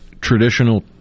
traditional